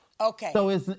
Okay